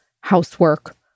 housework